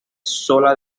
sola